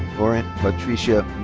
lauren patricia